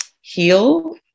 heal